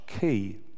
key